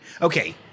Okay